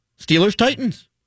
Steelers-Titans